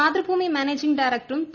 Mathrubhumi managing ഡയറക്ടറും P